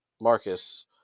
Marcus